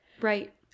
right